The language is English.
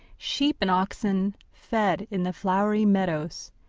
sheep and oxen fed in the flowery meadows,